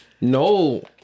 No